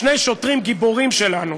שני שוטרים גיבורים שלנו.